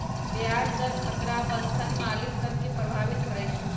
ब्याज दर खतरा बन्धन मालिक सभ के प्रभावित करइत हइ